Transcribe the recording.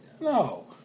No